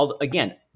Again